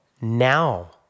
now